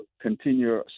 continue